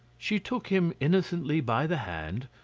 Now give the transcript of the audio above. she took him innocently by the hand,